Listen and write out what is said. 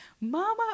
Mama